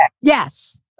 yes